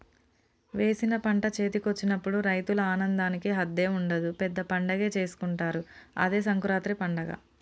వేసిన పంట చేతికొచ్చినప్పుడు రైతుల ఆనందానికి హద్దే ఉండదు పెద్ద పండగే చేసుకుంటారు అదే సంకురాత్రి పండగ